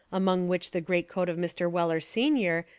among which the greatcoat of mr. weller senior,